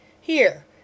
Here